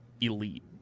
elite